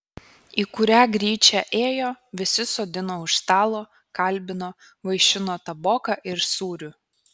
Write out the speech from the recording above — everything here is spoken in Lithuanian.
į kurią gryčią ėjo visi sodino už stalo kalbino vaišino taboka ir sūriu